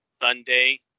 Sunday